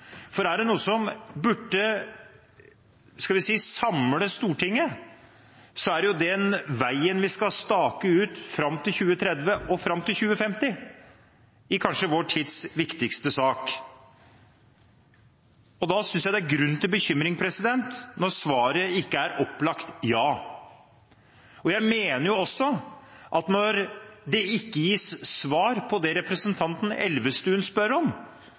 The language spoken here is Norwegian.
for er det noe som burde samle Stortinget, er det den veien vi skal stake ut fram til 2030 og fram til 2050 i vår tids kanskje viktigste sak. Da synes jeg det er grunn til bekymring når svaret ikke opplagt er ja. Jeg mener også at når det ikke gis svar på det representanten Elvestuen spør om,